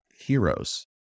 heroes